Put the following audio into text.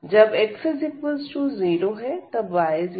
जब x0 है तब y4 है